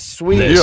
sweet